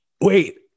wait